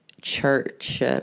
church